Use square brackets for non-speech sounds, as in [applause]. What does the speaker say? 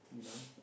[noise]